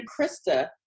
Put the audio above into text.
krista